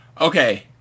Okay